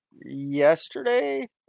yesterday